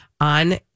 on